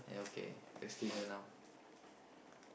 yeah okay texting her now